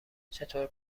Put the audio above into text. چطور